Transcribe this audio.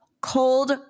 cold